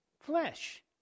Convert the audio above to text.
Flesh